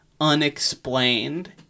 unexplained